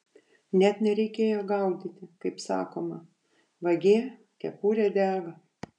net nereikėjo gaudyti kaip sakoma vagie kepurė dega